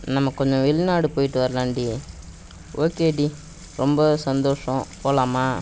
நம்ம கொஞ்சம் வெளிநாடு போய்விட்டு வரலான்டி ஓகேடி ரொம்ப சந்தோஷோம் போகலாமா